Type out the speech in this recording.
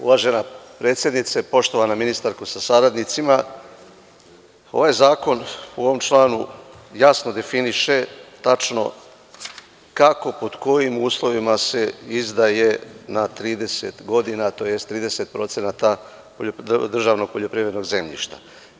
Uvažena predsednice, poštovana ministarko sa saradnicima, ovaj zakon u ovom članu jasno definiše tačno kako, pod kojim uslovima se izdaje na 30 godina, tj. 30% državnog poljoprivrednog zemljišta.